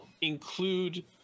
include